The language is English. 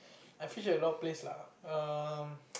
I fish at a lot place lah um